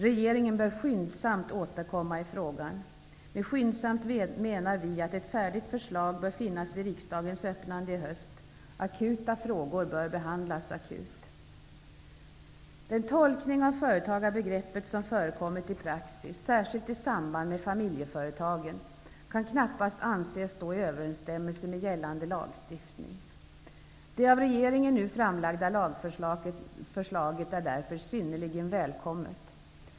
Regeringen bör skyndsamt återkomma i frågan. Med skyndsamt menar vi att ett färdigt förslag bör finnas vid riksdagens öppnande i höst. Akuta frågor bör behandlas akut. Den tolkning av företagarbegreppet som har förekommit i praxis, särskilt i samband med familjeföretagen, kan knappast anses stå i överensstämmelse med gällande lagstiftning. Det av regeringen nu framlagda lagförslaget är därför synnerligen välkommet.